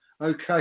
Okay